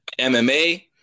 MMA